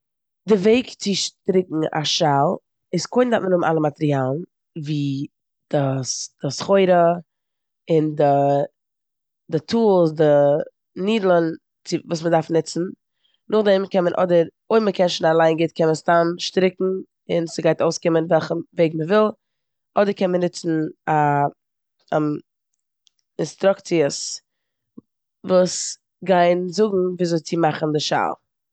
די וועג צו שטרוקן א שאל איז קודם דארף מען האבן אלע מאטריאלן ווי די ס- די סחורה און די- די טולס, די נידלען צו וואס מ'דארף נוצן. נאכדעם קען מען אדער- אויב מ'קען שוין אליין גוט קען מען סתם שטרוקן און ס'גייט אויסקומען וועלכע וועג מ'וויל, אדער קען מען נוצן א- אינסטראקציעס וואס גייען זאגן וויאזוי צו מאכן די שאל.